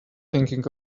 thinking